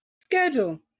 Schedule